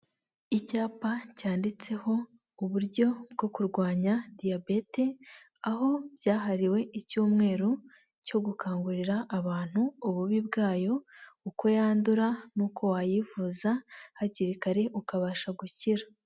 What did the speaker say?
Icyapa cyanditseho uburyo bwo kurwanya diyabete, aho byahariwe icyumweru cyo gukangurira abantu ububi bwayo, uko yandura n'uko wayivuza hakiri kare ukabasha gukira.